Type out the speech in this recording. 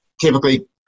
typically